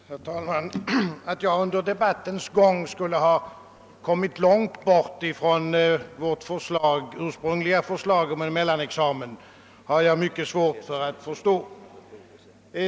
Herr talman! Att jag under debattens gång skulle ha kommit'långt bort från vårt ursprungliga förslag om en mellanexamen har jag mycket svårt att förstå.